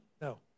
No